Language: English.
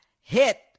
hit